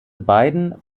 beiden